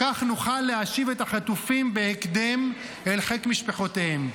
כך נוכל להשיב את החטופים בהקדם אל חיק משפחותיהם.